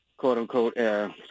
quote-unquote